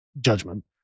judgment